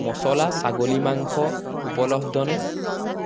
মছলা ছাগলী মাংস উপলব্ধনে